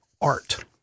art